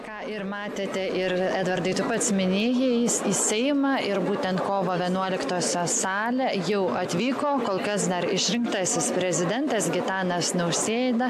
ką ir matėte ir edvardai tu pats minėjai jis į seimą ir būtent kovo vienuoliktosios salę jau atvyko kol kas dar išrinktasis prezidentas gitanas nausėda